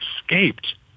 escaped